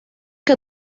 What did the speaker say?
que